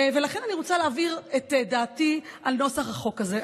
ולכן אני רוצה להבהיר את דעתי על נוסח החוק הזה.